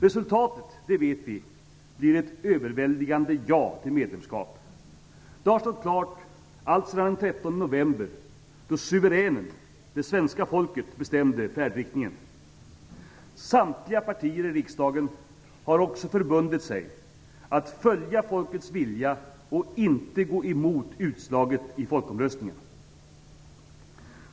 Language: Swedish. Resultatet, det vet vi, blir ett överväldigande ja till medlemskap. Det har stått klart alltsedan den 13 november, då suveränen, det svenska folket, bestämde färdriktningen. Samtliga partier i riksdagen har också förbundit sig att följa folkets vilja och inte gå emot utslaget i folkomröstningen.